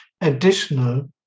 additional